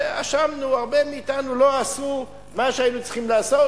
שאשמנו: הרבה מאתנו לא עשו מה שהיינו צריכים לעשות.